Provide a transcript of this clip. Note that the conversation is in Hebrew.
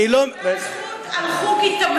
הם נותנים נקודת זכות על חוג התעמלות,